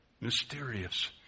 mysterious